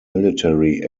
military